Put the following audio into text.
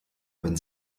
wenn